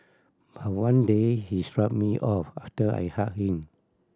but one day he shrugged me off after I hugged him